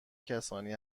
کسانی